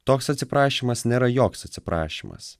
toks atsiprašymas nėra joks atsiprašymas